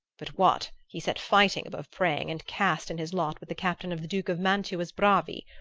but what! he set fighting above praying and cast in his lot with the captain of the duke of mantua's bravi,